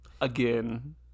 Again